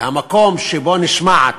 המקום שבו נשמעת,